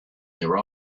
their